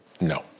No